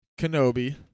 Kenobi